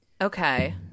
Okay